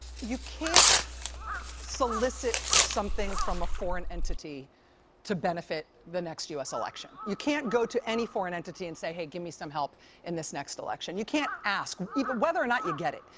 you can't solicit something from a foreign entity to benefit the next u s. election. you can't go to any foreign entity and say, hey, give me some help in this next election. you can't ask, but whether or not you get it.